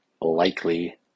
likely